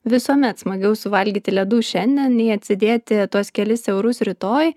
visuomet smagiau suvalgyti ledų šiandien nei atsidėti tuos kelis eurus rytoj